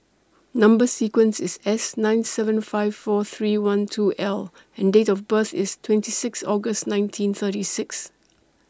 Number sequence IS S nine seven five four three one two L and Date of birth IS twenty six August nineteen thirty six